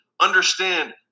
Understand